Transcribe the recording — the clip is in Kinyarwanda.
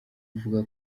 uvuga